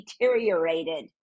deteriorated